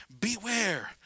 Beware